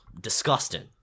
Disgusting